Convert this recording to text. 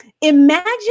imagine